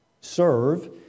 serve